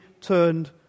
turned